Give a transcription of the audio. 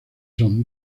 son